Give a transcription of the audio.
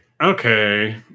okay